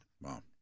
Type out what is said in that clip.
Wow